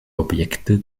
objekte